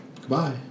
Goodbye